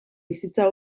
bizitza